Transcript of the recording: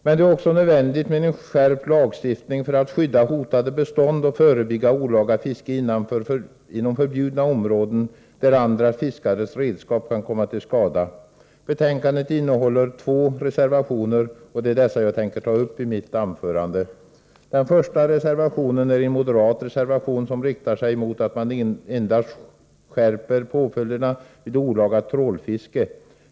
Men det är också nödvändigt med en skärpt lagstiftning för att skydda hotade bestånd och förebygga olaga fiske inom förbjudna områden, där andra fiskares redskap kan komma till skada. Betänkandet innehåller två reservationer, och det är dessa jag tänker ta upp i mitt anförande. Den första reservationen är en moderat reservation som riktar sig emot att man endast skärper påföljderna vid olaga trålfiske.